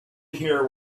hear